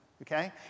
Okay